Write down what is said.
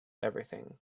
everything